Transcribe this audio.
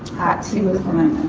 tea with lemon.